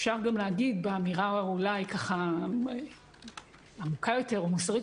אפשר גם להגיד באמירה עמוקה יותר ומוסרית